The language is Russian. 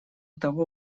того